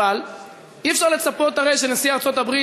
אבל אי-אפשר לצפות שנשיא ארצות-הברית